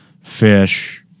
fish